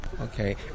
Okay